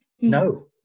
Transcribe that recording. no